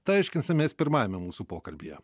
tai aiškinsimės pirmajame mūsų pokalbyje